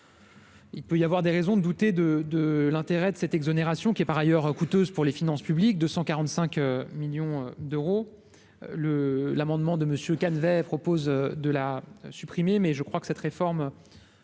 Il peut y avoir des raisons de douter de de l'intérêt de cette exonération qui est par ailleurs coûteuse pour les finances publiques de 145 millions d'euros, le l'amendement de Monsieur Calvez proposent de la supprimer mais je crois que cette réforme,